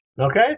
Okay